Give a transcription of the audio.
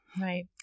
Right